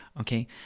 okay